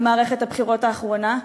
במערכת הבחירות האחרונה,